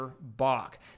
Bach